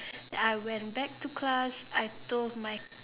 I went back to class I told my